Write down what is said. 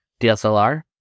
DSLR